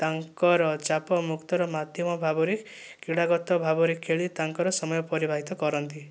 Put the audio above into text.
ତାଙ୍କର ଚାପମୁକ୍ତର ମାଧ୍ୟମ ଭାବରେ କ୍ରୀଡ଼ାଗତ ଭାବରେ ଖେଳି ତାଙ୍କର ସମୟ ପରିବାହିତ କରନ୍ତି